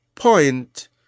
point